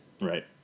Right